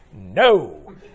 no